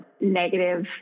negative